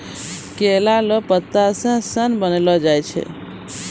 केला लो पत्ता से सन बनैलो जाय छै